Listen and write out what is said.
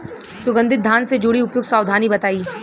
सुगंधित धान से जुड़ी उपयुक्त सावधानी बताई?